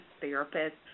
therapist